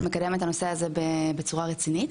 מקדמת את הנושא הזה בצורה רצינית.